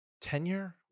tenure